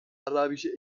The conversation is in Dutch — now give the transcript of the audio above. arabische